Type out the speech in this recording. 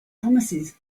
promises